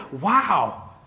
Wow